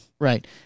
Right